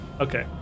Okay